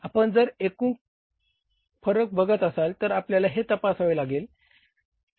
आपण जर एकूण फरक बघत असाल तर आपल्याला हे तपासावे लागेल